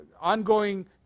ongoing